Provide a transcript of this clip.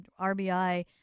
RBI